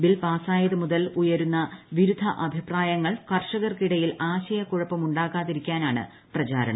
bill പാസായതുമുതൽ ഉയരുന്ന വിരുദ്ധ അഭിപ്രായങ്ങൾ കർഷകർക്കിടയിൽ ആശയക്കുഴപ്പം ഉണ്ടാക്കാതിരിക്കാനാണ് പ്രചാരണം